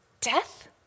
Death